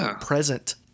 present